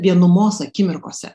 vienumos akimirkose